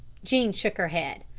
jean shook her head.